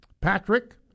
Patrick